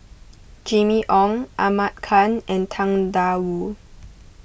Jimmy Ong Ahmad Khan and Tang Da Wu